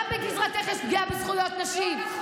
גם בגזרתך יש פגיעה בזכויות נשים.